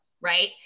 right